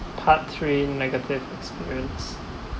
part three negative experience